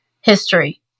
history